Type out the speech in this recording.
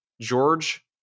george